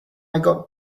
got